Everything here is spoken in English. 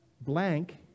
Blank